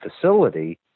facility